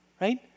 right